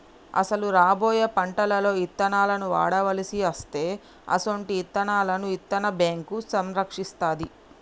అసలు రాబోయే పంటలలో ఇత్తనాలను వాడవలసి అస్తే అసొంటి ఇత్తనాలను ఇత్తన్న బేంకు సంరక్షిస్తాది